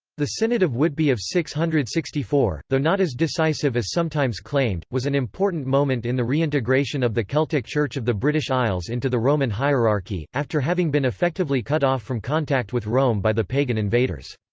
the synod of whitby of six hundred and sixty four, though not as decisive as sometimes claimed, was an important moment in the reintegration of the celtic church of the british isles into the roman hierarchy, after having been effectively cut off from contact with rome by the pagan invaders.